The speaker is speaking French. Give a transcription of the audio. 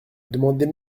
demandez